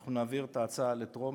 שאנחנו נעביר את ההצעה בקריאה הטרומית.